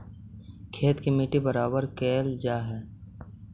खेत के मट्टी बराबर कयल जा हई